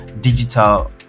digital